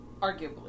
arguably